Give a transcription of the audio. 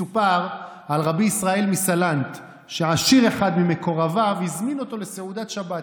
מסופר על רבי ישראל מסלנט שעשיר אחד ממקורביו הזמין אותו לסעודת שבת.